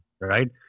right